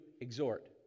exhort